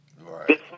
Right